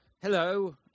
Hello